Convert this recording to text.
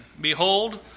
Behold